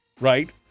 right